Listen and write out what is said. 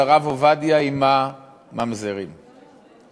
על הרב עובדיה עם הממזרים בפריז.